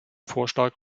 vorschlag